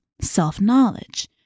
self-knowledge